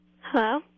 Hello